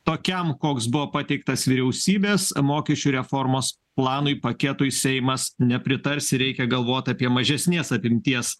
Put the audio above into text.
tokiam koks buvo pateiktas vyriausybės mokesčių reformos planui paketui seimas nepritars ir reikia galvot apie mažesnės apimties